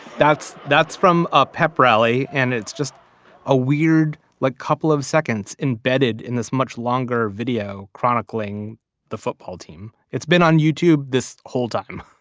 that's that's from a pep rally and it's just a weird like couple of seconds embedded in this much longer video chronicling the football team. it's been on youtube this whole time